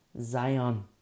Zion